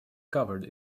covered